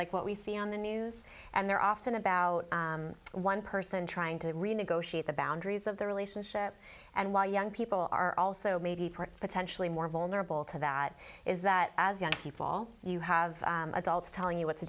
like what we see on the news and they're often about one person trying to renegotiate the boundaries of their relationship and why young people are also maybe part potentially more vulnerable to that is that as young people you have adults telling you what to